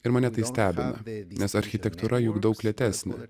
ir mane tai stebina nes architektūra juk daug lėtesnė